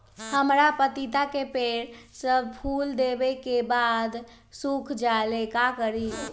हमरा पतिता के पेड़ सब फुल देबे के बाद सुख जाले का करी?